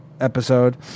episode